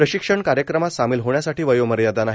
प्रशिक्षण कार्यक्रमात सामील होण्यासाठी वयोमर्यादा नाही